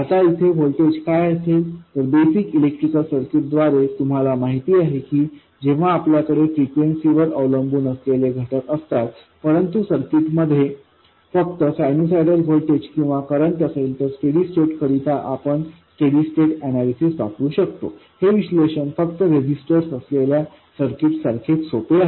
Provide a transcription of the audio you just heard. आता येथे व्होल्टेज काय असेल तर बेसिक इलेक्ट्रिकल सर्किट्स द्वारे तुम्हाला माहिती आहे की जेव्हा आपल्याकडे फ्रेंक्वेंसीवर अवलंबून असलेले घटक असतात परंतु सर्किटमध्ये फक्त सायनुसायडल व्होल्टेज किंवा करंट असेल तर स्टेडी स्टैट करिता आपण स्टेडी स्टैट अनैलिसिस वापरू शकतो हे विश्लेषण फक्त रेझिस्टर्स असलेल्या सर्किट सारखेच सोपे आहे